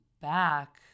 back